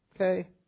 Okay